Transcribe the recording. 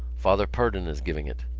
father purdon is giving it.